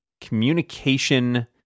communication